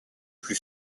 plus